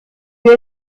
wir